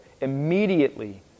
Immediately